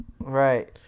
Right